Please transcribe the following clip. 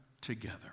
together